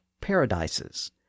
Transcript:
paradises